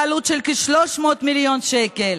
בעלות של כ-300 מיליון שקל.